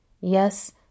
Yes